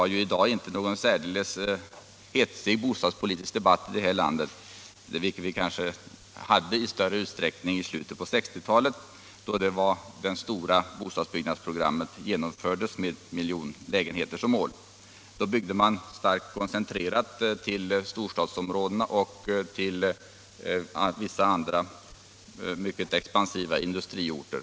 Vi har i dag inte någon särskilt hetsig bostadspolitisk debatt. Det hade vi i större utsträckning i slutet av 1960-talet, då det stora bostadsbyggnadsprogrammet med en miljon lägenheter som mål genomfördes. Då byggde man starkt koncentrerat till storstadsområdena och till vissa andra mycket expansiva industriorter.